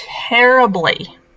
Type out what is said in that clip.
Terribly